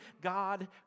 God